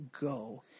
go